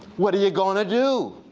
what are you going to do?